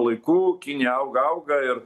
laikų kinija auga auga ir